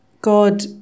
God